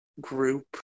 group